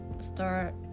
start